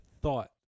thought